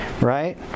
right